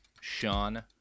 Sean